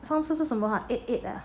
上次是什么 eight eight ah